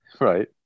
Right